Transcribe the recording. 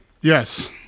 Yes